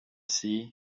sea